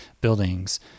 buildings